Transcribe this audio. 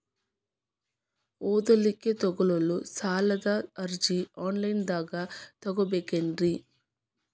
ಓದಲಿಕ್ಕೆ ತಗೊಳ್ಳೋ ಸಾಲದ ಅರ್ಜಿ ಆನ್ಲೈನ್ದಾಗ ತಗೊಬೇಕೇನ್ರಿ?